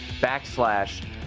backslash